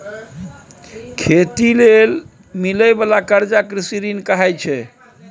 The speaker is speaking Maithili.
खेती लेल मिलइ बाला कर्जा कृषि ऋण कहाइ छै